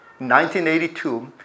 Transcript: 1982